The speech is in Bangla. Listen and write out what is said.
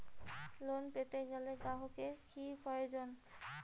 লোন পেতে গেলে গ্রাহকের কি প্রয়োজন?